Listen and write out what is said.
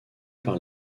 par